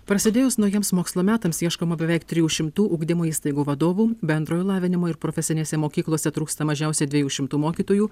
prasidėjus naujiems mokslo metams ieškoma beveik trijų šimtų ugdymo įstaigų vadovų bendrojo lavinimo ir profesinėse mokyklose trūksta mažiausiai dviejų šimtų mokytojų